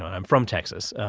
i'm from texas,